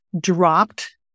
dropped